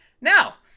Now